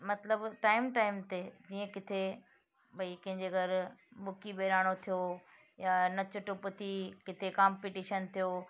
मतिलबु time time ते जीअं किथे भई कंहिंजे घर ॿुकी बहिराणो थियो या नच टप थी किथे कांपटीशन थियो